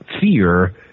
fear